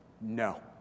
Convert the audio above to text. No